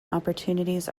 opportunities